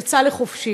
יצא לחופשי.